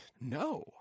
No